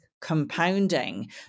compounding